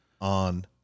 on